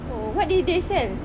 oh what did they sell